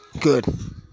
Good